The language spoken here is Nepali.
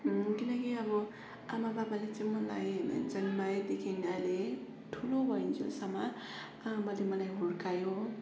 किनकि अब आमा बाबाले चाहिँ मलाई जन्माएदेखिन् अहिले ठुलो भइन्जेलसम्म आमाले मलाई हुर्कायो